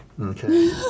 Okay